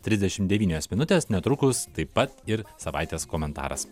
trisdešimt devynios minutės netrukus taip pat ir savaitės komentaras